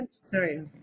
sorry